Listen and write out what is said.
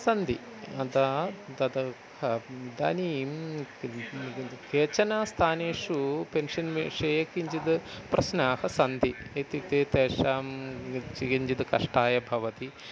सन्ति अतः तद् हा इदानीं केचन स्थानेषु पेन्शन् विषये किञ्चिद् प्रश्नाः सन्ति इत्युक्ते तेषां किञ्चिद् कष्टाय भवति